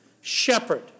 Shepherd